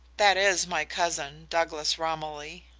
that is my cousin, douglas romilly,